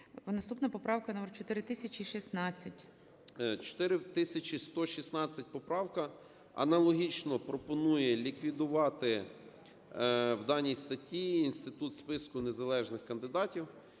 Наступна поправка номер 4116.